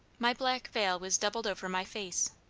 my black veil was doubled over my face.